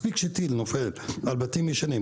מספיק שטיל נופל על בתים ישנים.